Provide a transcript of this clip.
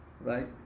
right